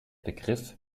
begriff